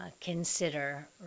consider